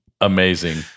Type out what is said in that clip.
Amazing